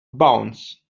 bounce